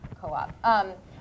co-op